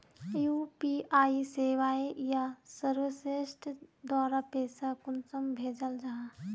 UPI सेवाएँ या services द्वारा पैसा कुंसम भेजाल जाहा?